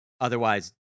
otherwise